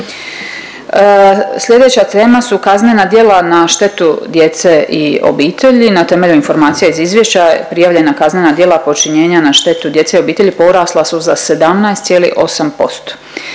Sljedeća tema su kaznena djela na štetu djece i obitelji. Na temelju informacija iz izvješća, prijavljena kaznenih djela počinjenja na štetu djece i obitelji porasla su za 17,8%.